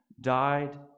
died